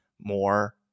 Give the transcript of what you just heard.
more